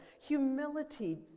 humility